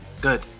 good